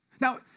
Now